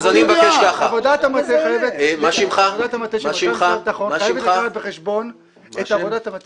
עבודת המטה של מנכ"ל משרד הביטחון חייבת לקחת בחשבון --- ניסים,